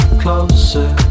closer